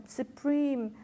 supreme